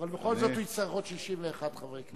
אבל בכל זאת הוא יצטרך עוד 61 חברי כנסת.